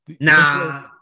Nah